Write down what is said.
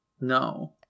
No